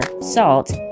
SALT